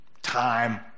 time